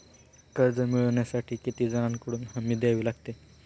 कर्ज मिळवण्यासाठी किती जणांकडून हमी द्यावी लागते?